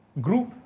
Group